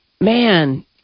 man